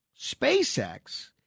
SpaceX